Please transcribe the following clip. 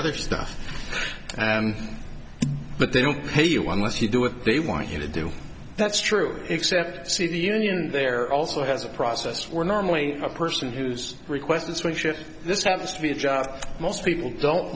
other stuff but they don't pay you one less you do if they want you to do that's true except see the union there also has a process where normally a person who's requested swing shift this have to be a job most people don't